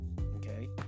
okay